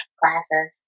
classes